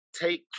take